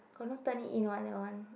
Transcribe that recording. don't know turn it in one that one